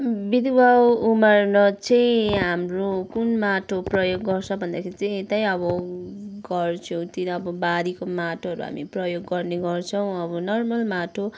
बिरुवा उमार्न चाहिँ हाम्रो कुन माटो प्रयोग गर्छ भन्दाखेरि चाहिँ त्यही अब घर छेउतिर अब बारीको माटोहरू हामी प्रयोग गर्ने गर्छौँ अब नर्मल माटो